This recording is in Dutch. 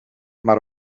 maar